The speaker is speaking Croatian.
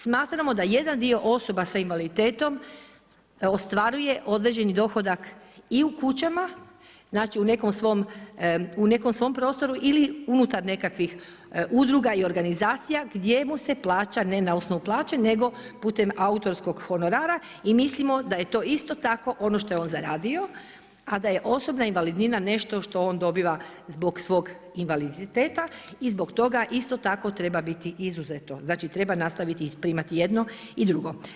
Smatramo da jedan dio osoba s invaliditetom ostvaruje određeni dohodak i u kućama, znači u nekom svom prostoru ili unutar nekakvih udruga i organizacija, gdje mu se plaća ne na osnovu plaća, nego putem autorskog honorara i mislimo da je to isto tako ono što je on zaradio, a da je osobna invalidnina nešto što on dobiva zbog svog invaliditeta i zbog toga isto tako treba biti izuzeto, znači treba nastaviti primati jedno i drugo.